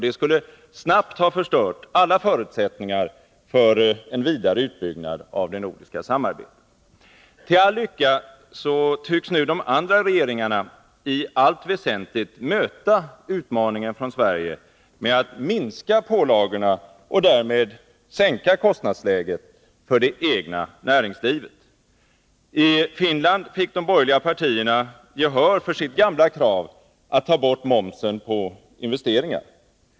Det skulle snabbt ha förstört alla förutsättningar för en vidare utbyggnad av det nordiska samarbetet. Till all lycka tycks nu de andra länderna i allt väsentligt möta utmaningen från Sverige med att minska pålagorna och därmed sänka kostnadsläget för det egna näringslivet. I Finland fick de borgerliga partierna gehör för sitt gamla krav att ta bort momsen på investeringar.